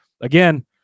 again